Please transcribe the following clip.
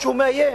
משהו מאיים?